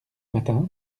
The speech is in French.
matins